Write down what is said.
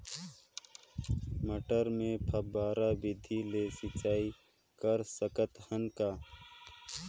मटर मे फव्वारा विधि ले सिंचाई कर सकत हन का?